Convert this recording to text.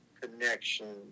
connection